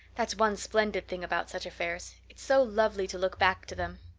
that's one splendid thing about such affairs it's so lovely to look back to them.